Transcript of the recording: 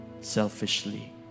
selfishly